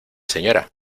señora